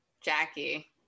Jackie